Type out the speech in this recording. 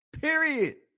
Period